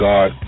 God